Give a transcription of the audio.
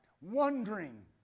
wondering